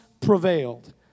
prevailed